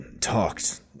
talked